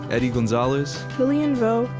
eddie gonzalez, lilian vo,